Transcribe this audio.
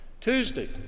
Tuesday